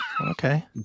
Okay